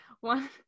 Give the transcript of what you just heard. One